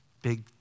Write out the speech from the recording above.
Big